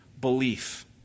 belief